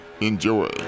Enjoy